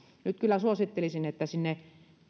nyt kyllä suosittelisin että